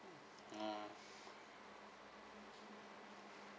ah